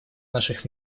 наших